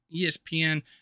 ESPN